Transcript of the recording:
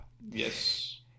yes